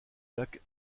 lac